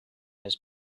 his